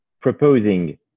proposing